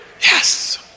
Yes